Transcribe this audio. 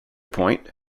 point